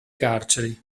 carceri